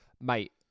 Mate